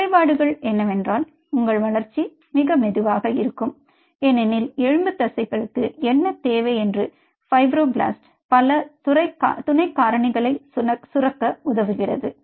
குறைபாடுகள் என்னவென்றால் உங்கள் வளர்ச்சி மெதுவாக இருக்கும் ஏனெனில் எலும்பு தசைகளுக்கு என்ன தேவை என்று ஃபைப்ரோபிளாஸ்ட் பல துணை காரணிகளை சுரக்க உதவுகிறது